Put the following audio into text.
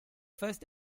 first